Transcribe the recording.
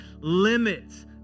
limits